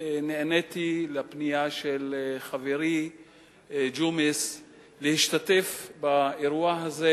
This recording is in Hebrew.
נעניתי לפנייה של חברי ג'ומס להשתתף באירוע הזה,